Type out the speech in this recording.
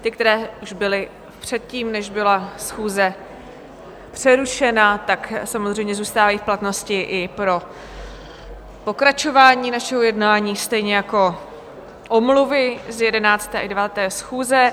Ty, které už byly předtím, než byla schůze přerušena, samozřejmě zůstávají v platnosti i pro pokračování našeho jednání, stejně jako omluvy z 11. i 9. schůze.